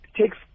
takes